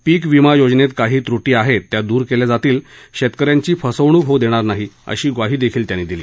पीक विमा योजनेत काही त्रुटी आहेत त्या दूर केल्या जातील शेतकऱ्यांची फसवणूक होऊ देणार नाही अशी ग्वाही त्यांनी दिली